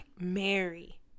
Mary